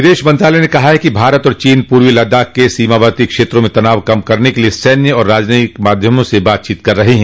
विदेश मंत्रालय ने कहा है कि भारत और चीन पूर्वी लद्दाख के सीमावर्ती क्षेत्रों में तनाव कम करने के लिए सैन्य और राजनयिक माध्यमों से बातचीत कर रहे हैं